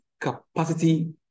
capacity